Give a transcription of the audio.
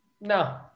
no